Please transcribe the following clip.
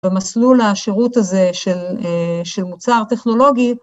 במסלול השירות הזה של מוצר טכנולוגי.